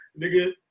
Nigga